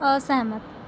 ਅਸਹਿਮਤ